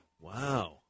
Wow